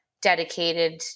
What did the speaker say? dedicated